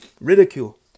ridicule